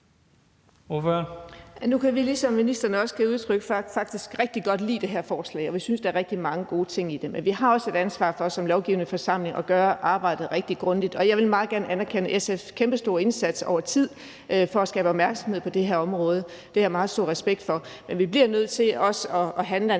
Nu kan vi, ligesom ministeren også har givet udtryk for, faktisk rigtig godt lide det her forslag, og vi synes, at der er rigtig mange gode ting i det, men vi har også et ansvar for som lovgivende forsamling at gøre arbejdet rigtig grundigt. Jeg vil meget gerne anerkende SF's kæmpestore indsats over tid for at skabe opmærksomhed på det her område. Det har jeg meget stor respekt for. Men vi bliver nødt til også at handle